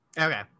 Okay